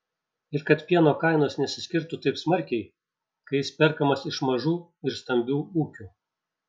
ir kad pieno kainos nesiskirtų taip smarkiai kai jis perkamas iš mažų ir stambių ūkių